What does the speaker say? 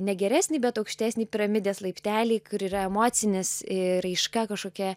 ne geresnį bet aukštesnį piramidės laiptelį kur yra emocinis ir raiška kažkokia